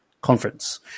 conference